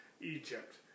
Egypt